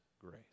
grace